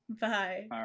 Bye